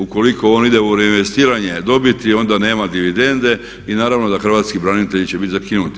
Ukoliko on ide u reinvestiranje dobiti onda nema dividende i naravno da hrvatski branitelji će biti zakinuti.